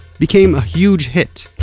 became a huge hit.